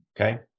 Okay